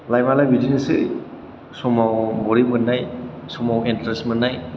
लाइफआलाय बिदिनोसै समाव बरिं मोननाय समाव इन्थारेस मोननाय